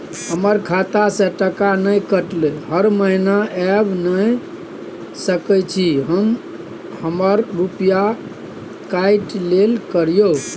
हमर खाता से टका नय कटलै हर महीना ऐब नय सकै छी हम हमर रुपिया काइट लेल करियौ?